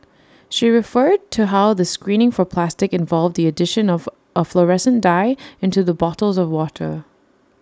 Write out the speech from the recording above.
she referred to how the screening for plastic involved the addition of A fluorescent dye into the bottles of water